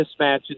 mismatches